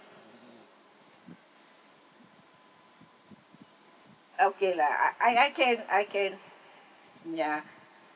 okay lah uh I I can I can ya